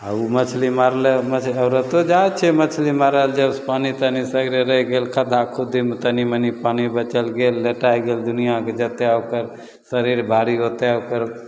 आओर ओ मछली मारैले मे औरतो जाइ छै मछली मारैले जबसे पानी तनि सगरे रहि गेल खद्दा खुद्दीमे तनि मनि पानी बचल गेल लेटै गेल दुनिआके जतेक ओकर शरीर भारी ओतेक ओकर